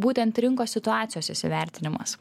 būtent rinkos situacijos įsivertinimas